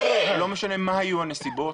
לא משנה מה היו הנסיבות.